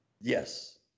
Yes